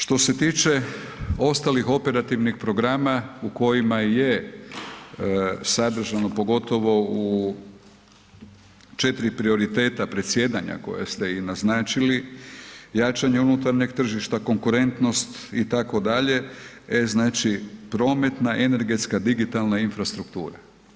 Što se tiče ostalih operativnih programa u kojima je sadržano, pogotovo u 4 prioriteta predsjedanja koje ste i naznačili, jačanje unutrašnjeg tržišta, konkurentnost itd., e znači prometna, energetska, digitalna infrastruktura.